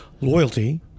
Loyalty